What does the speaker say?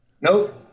Nope